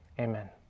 Amen